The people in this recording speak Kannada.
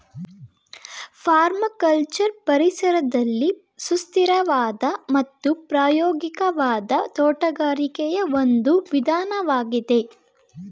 ಪರ್ಮಕಲ್ಚರ್ ಪರಿಸರದಲ್ಲಿ ಸುಸ್ಥಿರವಾದ ಮತ್ತು ಪ್ರಾಯೋಗಿಕವಾದ ತೋಟಗಾರಿಕೆಯ ಒಂದು ವಿಧಾನವಾಗಿದೆ